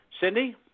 Cindy